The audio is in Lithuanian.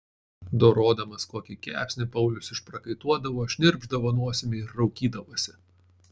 dorodamas kokį kepsnį paulius išprakaituodavo šnirpšdavo nosimi ir raukydavosi